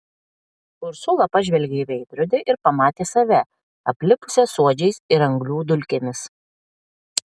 ursula pažvelgė į veidrodį ir pamatė save aplipusią suodžiais ir anglių dulkėmis